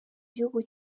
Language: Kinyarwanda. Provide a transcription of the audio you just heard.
gihugu